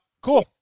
Cool